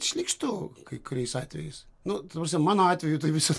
šlykštu kai kuriais atvejais nu ta prasme mano atveju tai visas